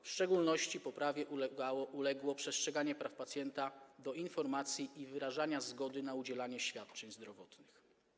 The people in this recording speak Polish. W szczególności poprawie uległo przestrzeganie praw pacjenta do informacji i wyrażania zgody na udzielanie świadczeń zdrowotnych.